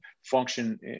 function